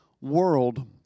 world